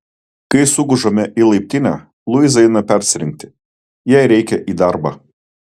kai sugužame į laiptinę luiza eina persirengti jai reikia į darbą